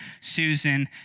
Susan